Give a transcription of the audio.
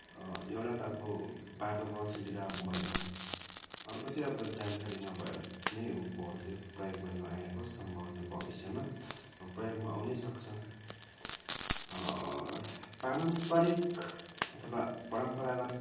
एउटा त अब बाटोको असुविधा भयो अर्को चाहिँ अब जानकारी नभएर नै हो त्यो प्रयोगमा नआएको सम्भवतः भविष्यमा प्रयोगमा आउनैसक्छ पारम्परिक अथवा परम्परागत